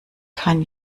kann